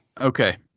Okay